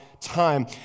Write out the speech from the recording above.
time